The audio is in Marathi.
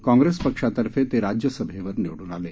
काँग्रेस पक्षातर्फे ते राज्यसभेवर निवड्न आले